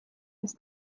ist